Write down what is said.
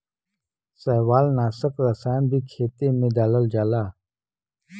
शैवालनाशक रसायन भी खेते में डालल जाला